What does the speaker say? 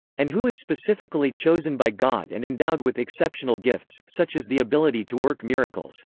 and who is specifically chosen by god and endowed with exceptional gifts, such as the ability to work miracles.